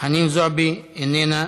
חנין זועבי, איננה,